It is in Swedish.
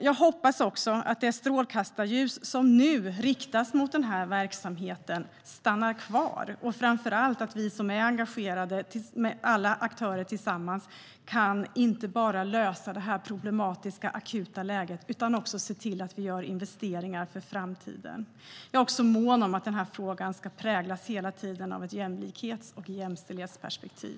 Jag hoppas också att det strålkastarljus som nu riktas mot den här verksamheten stannar kvar och framför allt att vi som är engagerade, alla aktörer tillsammans, inte bara kan lösa det problematiska och akuta läget utan även kan se till att vi gör investeringar för framtiden. Jag är också mån om att den här frågan hela tiden ska präglas av ett jämlikhets och jämställdhetsperspektiv.